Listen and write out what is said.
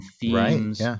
themes